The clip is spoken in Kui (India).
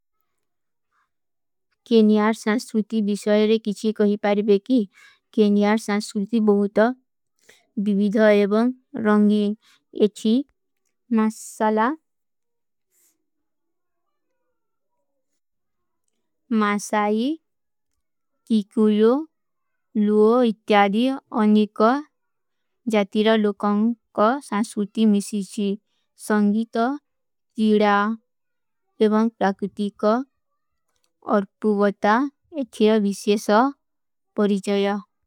କେନିଯାର ସଂସ୍ଵୂତି ଵିଶଯରେ କିଛୀ କହୀ ପାଡେ ବେକୀ କେନିଯାର ସଂସ୍ଵୂତି ବହୁତ ବିଵିଧା ଏବଂଗ ରଂଗୀ ଏଚୀ ମାସଲା, ମାସାଈ, କୀକୂଯୋ, ଲୂଓ, ଇତ୍ଯାଦୀ ଅନିକା ଜାତିରା ଲୋକାଁ କା ସଂସ୍ଵୂତି ମିଶୀଚୀ ସଂଗୀତୋ, ଜୀରା, ବେବଂଗ ରାକୁତୀ କୋ ଔର ପୁଵାତା ଏକ ଧିଯା ଵିଶ୍ଯେ ସୋ ପଡୀ ଜଯୋ।